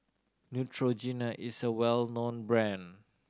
Neutrogena is a well known brand